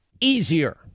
easier